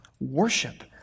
worship